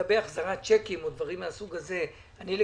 לגבי החזרת צ'קים או דברים מהסוג הזה --- ההלוואות.